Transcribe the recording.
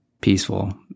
peaceful